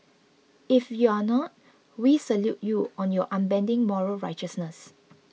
if you're not we salute you on your unbending moral righteousness